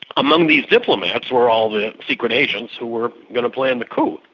among these diplomats were all the secret agents who were going to play in the coup.